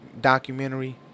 documentary